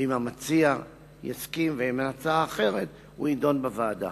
ואם המציע יסכים ואם אין הצעה אחרת הוא יידון בוועדה.